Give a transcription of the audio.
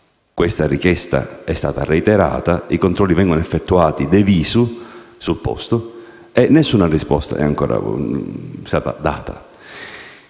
questa richiesta è stata reiterata e i controlli vengono effettuati *de visu*, e nessuna risposta è ancora stata data.